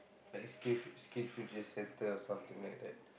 like the skills Skills Future center or something like that